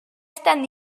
estan